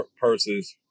purses